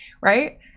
Right